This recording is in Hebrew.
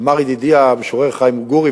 אמר ידידי המשורר חיים גורי,